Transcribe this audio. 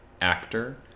actor